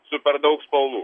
su per daug spalvų